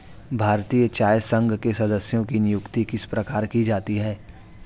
भारतीय चाय संघ के सदस्यों की नियुक्ति किस प्रकार की जाती है?